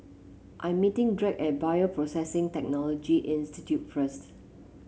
I am meeting Drake at Bioprocessing Technology Institute first